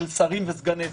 של שרים וסגני שרים.